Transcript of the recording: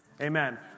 Amen